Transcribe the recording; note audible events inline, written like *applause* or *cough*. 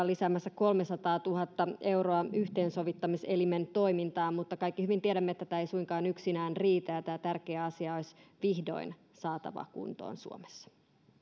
*unintelligible* lisäämässä kolmesataatuhatta euroa yhteensovittamiselimen toimintaan mutta kaikki hyvin tiedämme että tämä ei suinkaan yksinään riitä ja tämä tärkeä asia olisi vihdoin saatava kuntoon suomessa